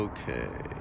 Okay